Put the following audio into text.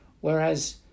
Whereas